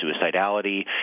suicidality